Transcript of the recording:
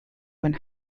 when